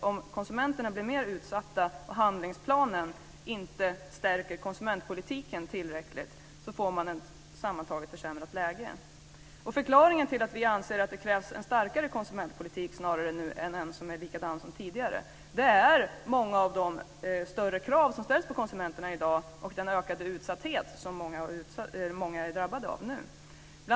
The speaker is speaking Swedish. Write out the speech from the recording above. Om konsumenterna blir mer utsatta och handlingsplanen inte stärker konsumentpolitiken tillräckligt får man ett sammantaget försämrat läge. Förklaringen till att vi anser att det krävs en starkare konsumentpolitik snarare än en som är lika som den tidigare är många av de större krav som ställs på konsumenterna i dag och den ökade utsatthet som många är drabbade av nu.